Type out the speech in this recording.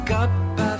up